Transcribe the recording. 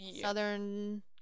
southern